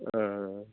ஆ ஆ